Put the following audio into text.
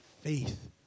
faith